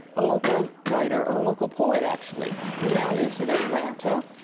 a local writer or a local poet actually who now lives in atlanta.